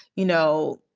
you know,